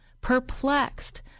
perplexed